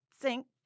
sink